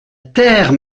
terre